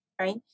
Right